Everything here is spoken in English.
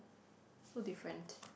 so different